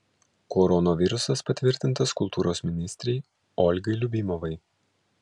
koronavirusas patvirtintas kultūros ministrei olgai liubimovai